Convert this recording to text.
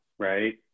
right